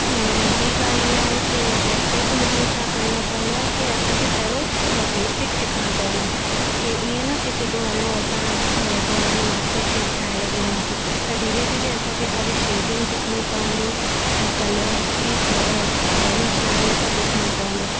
बि ॻाल्हि हीअ आहे की प्रैक्टिस में ॿियों छा करिणो पवंदो आहे की असांखे पहिरियों बेसिक सिखणा पवंदा आहिनि की ईअं न की सिधो हलो असां ड्रॉइंग मास्टर पीस ठाइण लॻी वेंदासीं त धीरे धीरे असांखे पहिरे शेडिंग सिखणी पवंदी ऐं कलर जी थी अ थियोरी छा आहे हो सभु ॾिसणो पवंदो